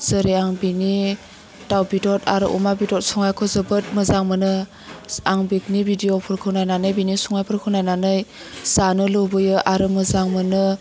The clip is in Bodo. जेरै आं बिनि दाउ बेदर आरो अमा बेदर संनायखौ जोबोर मोजां मोनो आं बिनि भिडिअफोरखौ नायनानै बिनि संनायफोरखौ नायनानै जानो लुबैयो आरो मोजां मोनो